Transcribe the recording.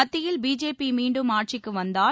மத்தியில் பிஜேபி மீண்டும் ஆட்சிக்கு வந்தால்